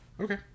Okay